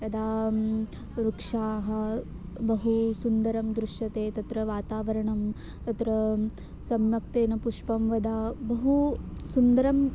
यदा वृक्षाः बहु सुन्दरं दृश्यते तत्र वातावरणं तत्र सम्यक् तेन पुष्पं वदा बहु सुन्दरम्